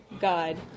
God